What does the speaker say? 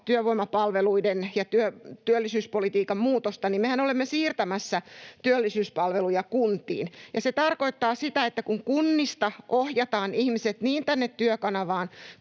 työvoimapalveluiden ja työllisyyspolitiikan muutosta, niin mehän olemme siirtämässä työllisyyspalveluja kuntiin. Se tarkoittaa sitä, että kun kunnista ohjataan ihmiset niin tänne Työkanavaan